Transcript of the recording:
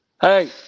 Hey